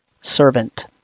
Servant